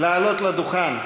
לעלות לדוכן.